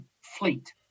fleet